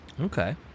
Okay